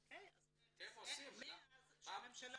אוקיי, אבל מאז שהממשלה